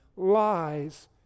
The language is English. Lies